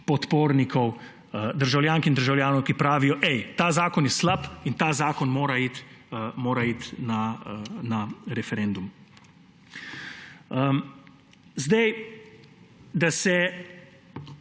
podpornikov, državljank in državljanov, ki pravijo: Ej, ta zakon je slab in ta zakon mora iti na referendum. Da se